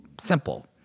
simple